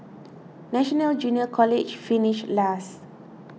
National Junior College finished last